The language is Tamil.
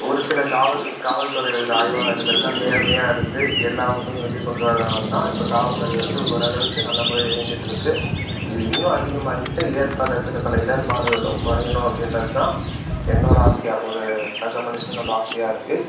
ஒரு சில காவல் காவல்துறையில் இருக்க ஆய்வாளர்கள் தான் நேர்மையாக இருந்து எல்லா உண்மையும் வெளிக்கொண்டு வர்றதுனால தான் இப்போ காவல்துறை வந்து ஓரளவுக்கு நல்ல முறையில் இயங்கிட்டுருக்கு இது இன்னும் அதிகமாகிட்டு ஏற்படுற சில பல இடர்பாடுகளும் குறையணும் அப்படின்றது தான் என்னோடய ஆசையாக ஒரு சக மனுஷனோடய ஆசையாக இருக்குது